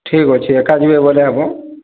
ଠିକ ଅଛି ଏକା ଯିବେ ବୋଲେ ହେବ